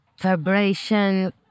vibration